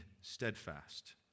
steadfast